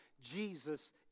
Jesus